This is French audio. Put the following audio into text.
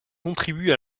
contribue